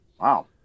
Wow